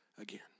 again